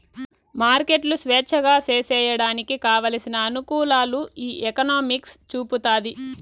మార్కెట్లు స్వేచ్ఛగా సేసేయడానికి కావలసిన అనుకూలాలు ఈ ఎకనామిక్స్ చూపుతాది